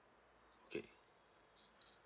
okay